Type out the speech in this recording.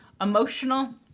emotional